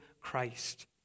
Christ